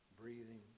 breathing